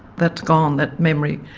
that's gone, that memory.